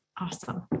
Awesome